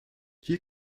hier